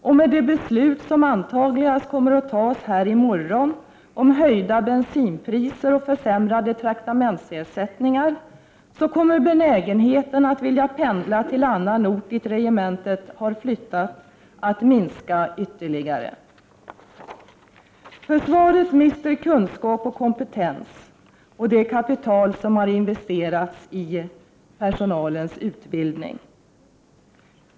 Och med de beslut som antagligen kommer att fattas här i morgon om höjda bensinpriser och försämrade traktamentsersättningar kommer människors benägenhet att pendla till en annan ort dit regementet flyttat att minska ytterligare. Försvaret mister kunskap och kompetens och det kapital som har investerats i personalens utbildning.